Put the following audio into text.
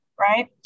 right